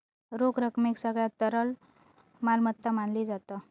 रोख रकमेक सगळ्यात तरल मालमत्ता मानली जाता